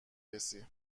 رسی